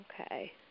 Okay